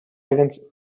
against